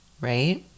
Right